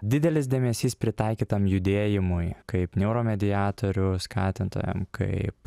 didelis dėmesys pritaikytam judėjimui kaip neuromediatorių skatintojam kaip